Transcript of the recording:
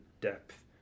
depth